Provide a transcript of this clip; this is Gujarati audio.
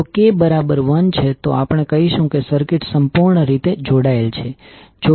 જો k 1 છે તો આપણે કહીશું કે સર્કિટ સંપૂર્ણ રીતે જોડાયેલ છે